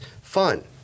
fun